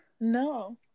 No